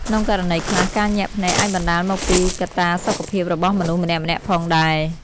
ក្នុងករណីខ្លះ ការញាក់ភ្នែកអាចបណ្ដាលមកពីកត្តាសុខភាពរបស់មនុស្សម្នាក់ៗផងដែរ។